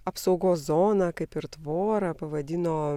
apsaugos zoną kaip ir tvorą pavadino